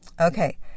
Okay